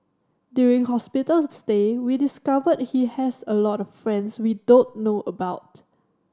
during hospital stay we discovered he has a lot of friends we don't know about